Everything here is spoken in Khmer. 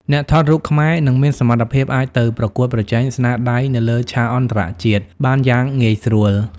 អ្នកថតរូបខ្មែរនឹងមានសមត្ថភាពអាចទៅប្រកួតប្រជែងស្នាដៃនៅលើឆាកអន្តរជាតិបានយ៉ាងងាយស្រួល។